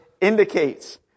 indicates